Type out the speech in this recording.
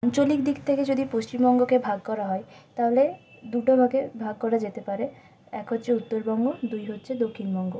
আঞ্চলিক দিক থেকে যদি পশ্চিমবঙ্গকে ভাগ করা হয় তাহলে দুটো ভাগে ভাগ করা যেতে পারে এক হচ্ছে উত্তরবঙ্গ দুই হচ্ছে দক্ষিণবঙ্গ